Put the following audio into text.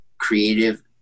creative